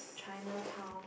Chinatown